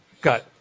Got